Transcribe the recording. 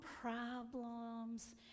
problems